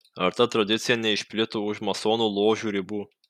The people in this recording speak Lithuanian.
ar ta tradicija neišplito už masonų ložių ribų